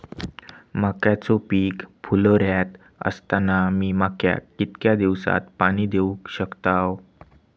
मक्याचो पीक फुलोऱ्यात असताना मी मक्याक कितक्या दिवसात पाणी देऊक शकताव?